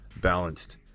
Balanced